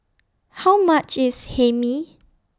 How much IS Hae Mee